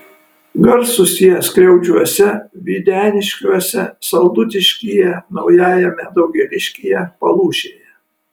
garsūs jie skriaudžiuose videniškiuose saldutiškyje naujajame daugėliškyje palūšėje